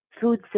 food